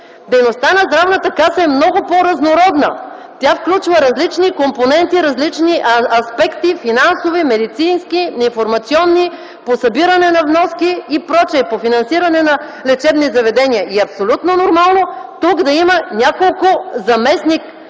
Дейността на Здравната каса е много по-разнородна. Тя включва различни компоненти, различни аспекти – финансови, медицински, информационни, по събиране на вноски и прочие, по финансиране на лечебни заведения. И е абсолютно нормално тук да има няколко